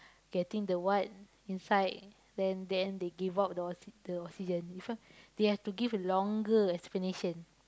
getting the what inside then then they give out the oxy~ the oxygen this one they have to give longer explanation